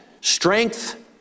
Strength